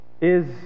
Is